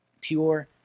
pure